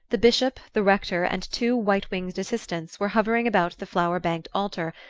the bishop, the rector and two white-winged assistants were hovering about the flower-banked altar,